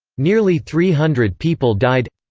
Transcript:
nearly three hundred people died